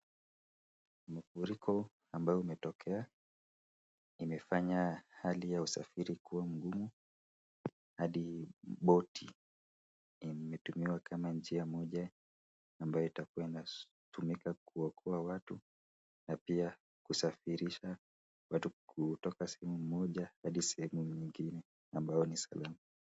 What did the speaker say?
Mafuriko ambao umetokea, imefanya hali ya usafiri kuwa mgumu hadi boti imetumiwa kama njia moja ambayo itakuwa inatumika kuokoa watu na pia kusafirisha watu kutoka sehemu moja hadi sehemu nyingine ambayo ni salama.